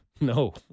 No